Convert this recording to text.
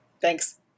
Thanks